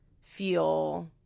feel